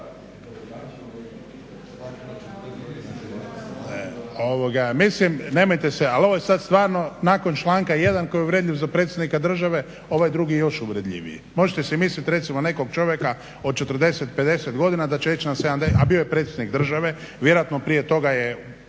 Mislim, nemoj te se ovo je sada stvarno nakon članka 1.koji je uvredljiv za predsjednika države ovaj drugi je još uvredljiviji. Možete si misliti recimo nekog čovjeka od 40, 50 godina da će ići, a bio je predsjednik države, vjerojatno prije toga je